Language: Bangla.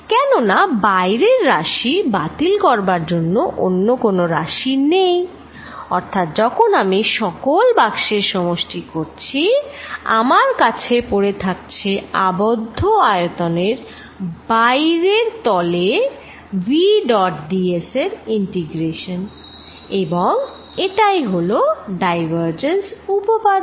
কেননা বাইরের রাশি বাতিল করবার জন্য অন্য কোনো রাশি নেই অর্থাৎ যখন আমি সকল বাক্সের সমষ্টি করছি আমার কাছে পড়ে থাকছে আবদ্ধ আয়তনের বাইরের তলে v ডট d s এর ইন্টিগ্রেশন এবং সেটাই হলো ডাইভারজেন্স উপপাদ্য